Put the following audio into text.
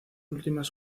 últimas